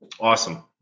Awesome